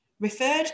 Referred